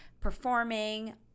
performing